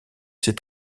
ses